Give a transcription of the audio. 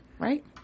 right